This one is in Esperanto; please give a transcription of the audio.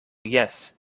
jes